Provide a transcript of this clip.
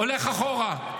הולך אחורה.